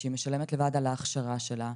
שהיא משלמת לבד על ההכשרה שלה.